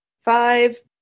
five